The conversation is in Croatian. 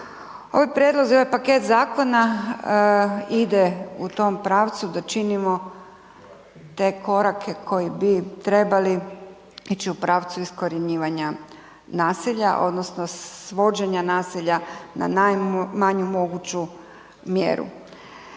Ovaj prijedlozi, ovaj paket zakona ide u tom pravcu da činimo te korake koji bi trebali ići u pravcu iskorjenjivanja nasilja, odnosno svođenja nasilja na najmanju moguću mjeru.